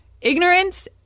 ignorance